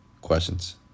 Questions